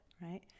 right